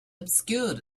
obscured